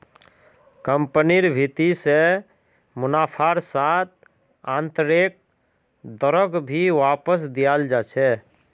कम्पनिर भीति से मुनाफार साथ आन्तरैक दरक भी वापस दियाल जा छे